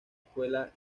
escuela